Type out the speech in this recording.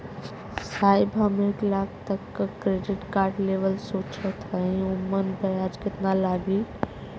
साहब हम एक लाख तक क क्रेडिट कार्ड लेवल सोचत हई ओमन ब्याज कितना लागि?